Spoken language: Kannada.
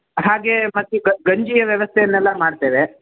ಹಾಗೇ ಮತ್ತೆ ಇದು ಗಂಜಿಯ ವ್ಯವಸ್ಥೆಯನ್ನೆಲ್ಲ ಮಾಡ್ತೇವೆ